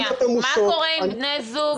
ומה קורה עם בני זוג